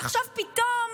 עכשיו פתאום